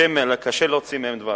קשה להוציא מהם דבש,